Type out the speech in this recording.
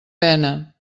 pena